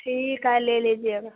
ठीक है ले लीजिएगा